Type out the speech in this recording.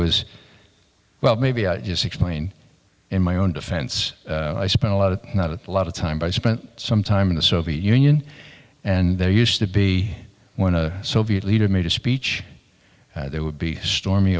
was well maybe i just explain in my own defense i spent a lot of not a lot of time i spent some time in the soviet union and there used to be when a soviet leader made a speech there would be stormy